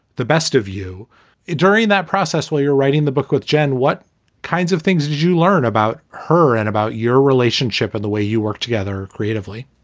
the best of you during that process where you're writing the book with jen, what kinds of things did you learn about her and about your relationship with and the way you worked together creatively?